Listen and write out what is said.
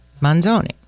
Manzoni